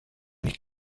nicht